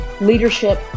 leadership